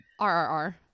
RRR